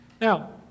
Now